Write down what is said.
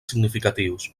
significatius